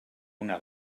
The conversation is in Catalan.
una